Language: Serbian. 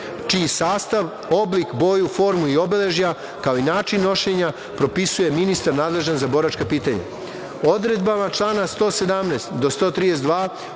čiji sastav, oblik, boju, formu i obeležja, kao i način nošenja propisuje ministar nadležan za boračka pitanja. Odredbama člana 117. do 132.